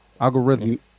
algorithm